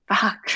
fuck